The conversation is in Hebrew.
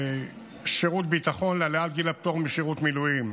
שירות ביטחון (העלאת גיל הפטור משירות מילואים).